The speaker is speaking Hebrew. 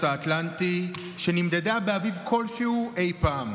האטלנטי שנמדדה באביב כלשהו אי פעם.